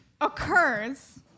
occurs